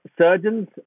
surgeons